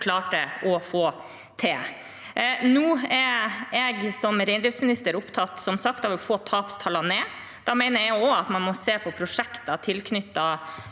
klarte å få til. Nå er jeg som reindriftsminister som sagt opptatt av å få tapstallene ned. Da mener jeg at man også må se på prosjekter tilknyttet